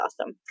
awesome